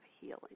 healing